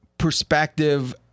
Perspective